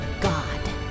God